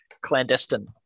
clandestine